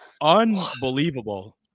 Unbelievable